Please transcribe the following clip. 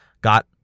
got